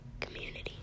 community